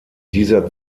dieser